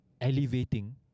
elevating